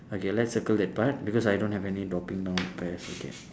okay let's circle that part because I don't have any dropping down pears okay